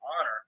honor